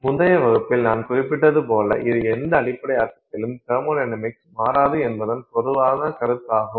முந்தைய வகுப்பில் நான் குறிப்பிட்டது போல இது எந்த அடிப்படை அர்த்தத்திலும் தெர்மொடைனமிக்ஸ் மாறாது என்பது பொதுவான கருத்தாகும்